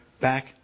back